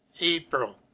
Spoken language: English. April